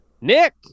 Nick